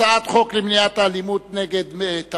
ההצעה להעביר את הצעת חוק למניעת אלימות נגד מטפלים,